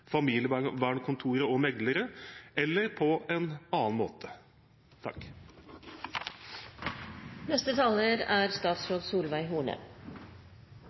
og meklere, eller på en annen måte?